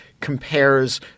compares